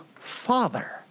father